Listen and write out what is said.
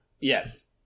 Yes